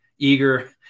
eager